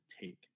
take